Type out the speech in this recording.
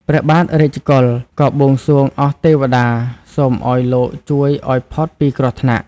ព្រះបាទរាជកុល ក៏បួងសួងអស់ទេវតា សូមឲ្យលោកជួយឲ្យផុតពីគ្រោះថ្នាក់ ។